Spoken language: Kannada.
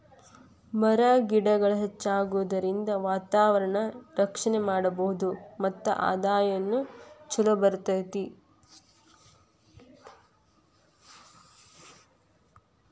ಮರ ಗಿಡಗಳ ಹೆಚ್ಚಾಗುದರಿಂದ ವಾತಾವರಣಾನ ರಕ್ಷಣೆ ಮಾಡಬಹುದು ಮತ್ತ ಆದಾಯಾನು ಚುಲೊ ಬರತತಿ